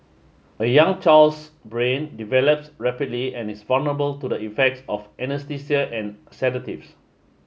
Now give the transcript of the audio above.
a young child's brain develops rapidly and is vulnerable to the effects of anaesthesia and sedatives